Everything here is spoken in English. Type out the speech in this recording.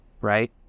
right